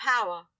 power